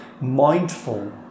mindful